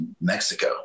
mexico